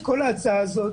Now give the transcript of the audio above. הוזכר